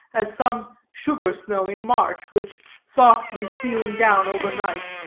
as some sugar-snow in march, which, softly stealing down over night,